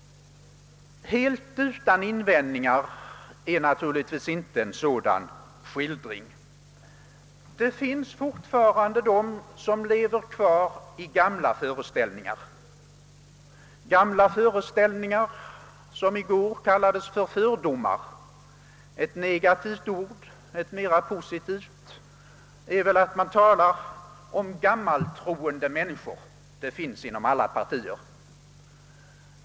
Helt utan invändningar är naturligtvis inte en sådan skildring. Det finns fortfarande de som lever kvar i gamla föreställningar, föreställningar som i gårdagens debatt kallades fördomar. Det är ett negativt ord. Ett mera positivt är väl att tala om gammaltroende människor. Sådana finns inom alla partier.